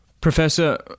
Professor